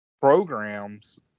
programs